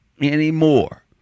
anymore